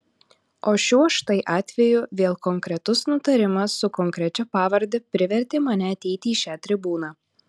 o šiuo štai atveju vėl konkretus nutarimas su konkrečia pavarde privertė mane ateiti į šią tribūną